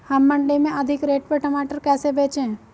हम मंडी में अधिक रेट पर टमाटर कैसे बेचें?